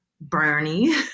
Bernie